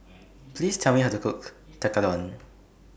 Please Tell Me How to Cook Tekkadon